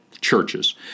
churches